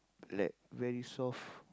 like very soft